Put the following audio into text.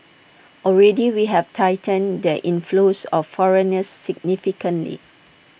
already we have tightened the inflows of foreigners significantly